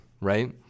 right